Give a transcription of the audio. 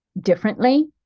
differently